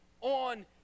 on